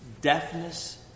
deafness